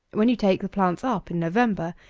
when you take the plants up in november,